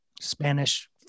Spanish